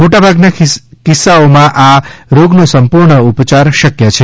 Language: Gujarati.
મોટા ભાગના કિસ્સાઓમાં આ રોગનો સંપૂર્ણ ઉપયાર શકય છે